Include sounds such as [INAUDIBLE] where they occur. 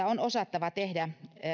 [UNINTELLIGIBLE] on osattava tehdä